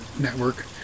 network